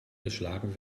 geschlagen